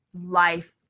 life